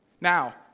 Now